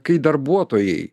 kai darbuotojai